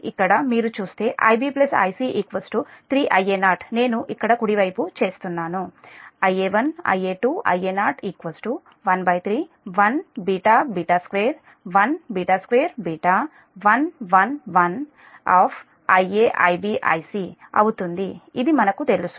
ఇక్కడ మీరు చూస్తే Ib Ic 3Ia0 నేను ఇక్కడ కుడి వైపున చేస్తున్నాను Ia1 Ia2 Ia0 131 2 1 2 1 1 1 Ia Ib Ic ఇది మనకు తెలుసు